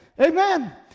Amen